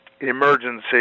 emergency